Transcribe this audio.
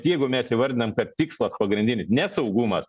jeigu mes įvardinam bet tikslas pagrindinis ne saugumas